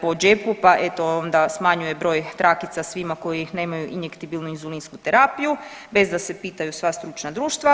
po džepu pa eto onda smanjuje broj trakica svima koji nemaju injektibilnu inzulinsku terapiju bez da se pitanju sva stručna društva.